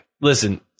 Listen